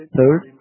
Third